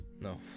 No